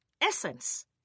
Essence